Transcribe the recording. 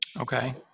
Okay